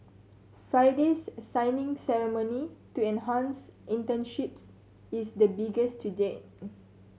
Friday's signing ceremony to enhance internships is the biggest to date